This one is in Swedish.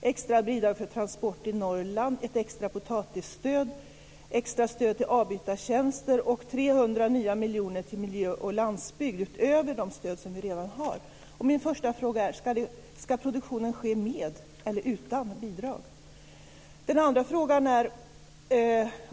extra bidrag för transport i Norrland, ett extra potatisstöd, extra stöd till avbytartjänster och 300 nya miljoner till miljö och landsbygd utöver de stöd som vi redan har. Min första fråga är: Ska produktionen ske med eller utan bidrag?